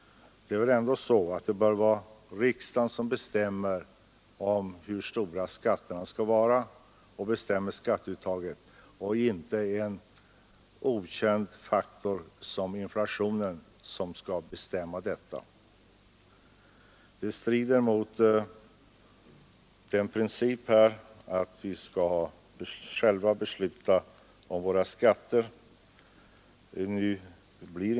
Det bör väl ändå vara riksdagen som bestämmer skatteuttaget och inte en sådan okänd faktor som inflationen. Detta strider mot principen att vi själva skall besluta om våra skatter.